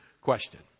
question